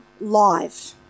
live